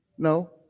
No